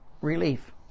relief